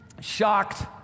shocked